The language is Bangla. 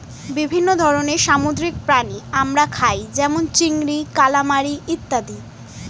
বিভিন্ন ধরনের সামুদ্রিক প্রাণী আমরা খাই যেমন চিংড়ি, কালামারী ইত্যাদি